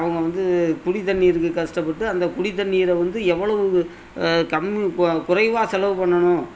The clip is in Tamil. அவங்க வந்து குடித்தண்ணீருக்கு கஷ்ட்டப்பட்டு அந்த குடித்தண்ணீரை வந்து எவ்வளவு கம்மி போ குறைவாக செலவு பண்ணணும்